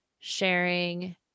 sharing